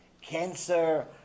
cancer